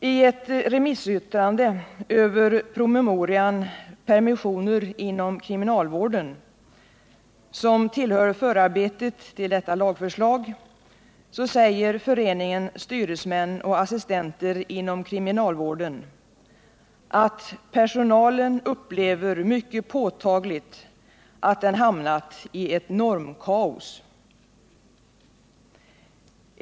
I ett remissyttrande över promemorian Permissioner inom kriminalvården, som tillhör förarbetena till detta lagförslag, säger Föreningen styresmän och assistenter inom kriminalvården att personalen påtagligt upplever att den hamnat i ett normkaos.